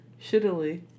Shittily